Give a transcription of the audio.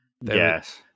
Yes